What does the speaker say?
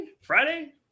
friday